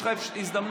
יש לך הזדמנות,